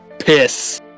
PISS